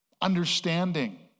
understanding